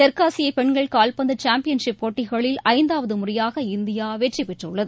தெற்காசியபெண்கள் கால்பந்துசாம்பியன் ஷிப் போட்டகளில் ஐந்தாவதுமுறையாக இந்தியாவெற்றிபெற்றுள்ளது